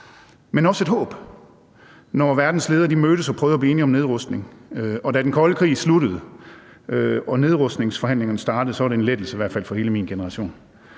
men også et håb, når verdens ledere mødtes og prøvede at blive enige om nedrustning. Og da den kolde krig sluttede og nedrustningsforhandlingerne startede, var det en lettelse for hele min generation.